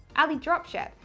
alidropship.